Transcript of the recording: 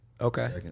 okay